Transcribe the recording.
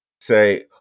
say